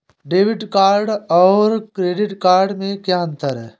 Debit card और credit card में क्या अंतर है?